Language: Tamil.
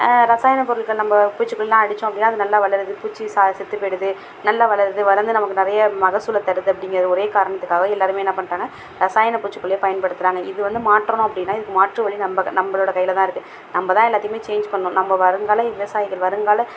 ரசாயன பொருட்கள் நம்ம பூச்சிக்கொல்லிலாம் அடித்தோம் அப்படினா அது நல்லா வளருது பூச்சி சா செத்து போய்டுது நல்லா வளருது வளர்ந்து நமக்கு நிறைய மகசூலை தருது அப்படிங்குற ஒரே காரணத்துக்காக எல்லாருமே என்ன பண்ணிட்டாங்க ரசாயன பூச்சிக்கொல்லியை பயன்படுத்துகிறாங்க இது வந்து மாற்றணும் அப்படின்னா இதுக்கு மாற்று வழி நம்ம நம்மளோட கையில் தான் இருக்குது நம்ம தான் எல்லாத்தையுமே சேஞ்ச் பண்ணணும் நம்ம வருங்கால விவசாயிகள் வருங்கால